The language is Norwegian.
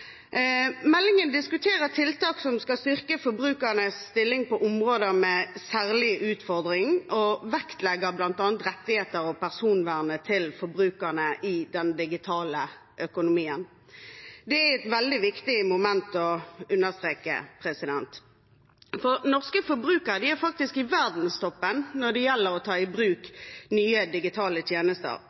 Meldingen diskuterer tiltak som skal styrke forbrukernes stilling på områder med særlige utfordringer, og vektlegger bl.a. rettighetene og personvernet til forbrukerne i den digitale økonomien. Det er et veldig viktig moment å understreke. Norske forbrukere er faktisk i verdenstoppen når det gjelder å ta i bruk nye digitale tjenester.